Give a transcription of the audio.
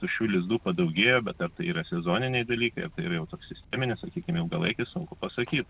tuščių lizdų padaugėjo bet ar tai yra sezoniniai dalykai ar tai yra jau toks sisteminis sakykim ilgalaikis sunku pasakyt